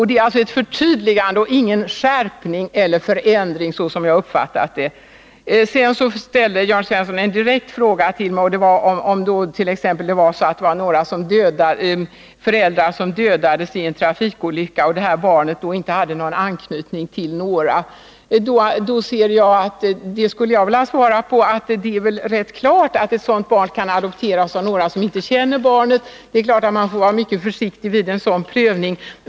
Det är alltså ett förtydligande och inte någon skärpning eller förändring, som jag har uppfattat det. Sedan ställde Jörn Svensson en direkt fråga till mig som gällde det fallet att ett par föräldrar dödas i en trafikolycka och barnet inte har anknytning till någon. På den frågan skulle jag vilja svara att det är klart att ett sådant barn kan adopteras av några som inte känner barnet. Man får naturligtvis vara mycket försiktig vid en sådan prövning.